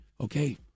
okay